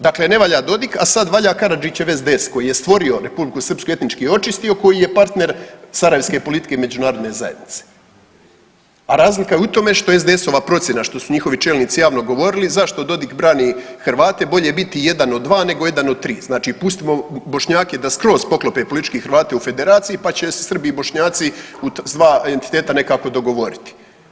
Dakle, ne valja Dodik, a sad valja Karadžićev SDS koji je stvorio Republiku Srpsku i etnički očistio koji je partner sarajevske politike i međunarodne zajednice, razlika je u tome što je SDS-ova procjena što su njihovi čelnici javno govorili zašto Dodik brani Hrvate, bolje biti jedan od dva nego jedan od tri, znači pustimo Bošnjake da skroz poklope politički Hrvate u Federaciji pa će se Srbi i Bošnjaci uz entiteta nekako dogovoriti.